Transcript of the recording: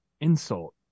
insult